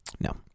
No